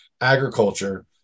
agriculture